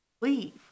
leave